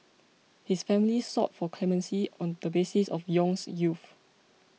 his family sought for clemency on the basis of Yong's youth